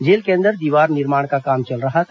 jail के अंदर दीवार निर्माण का काम चल रहा था